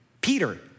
Peter